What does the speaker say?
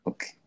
Okay